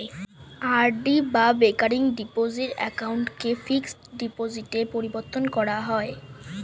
RD বা recurring deposit অ্যাকাউন্টকে fixed ডিপোজিটে পরিবর্তন করা যায়